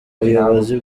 ubuyobozi